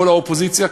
כל האופוזיציה,